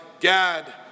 Gad